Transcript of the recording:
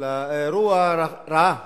לרוח רעה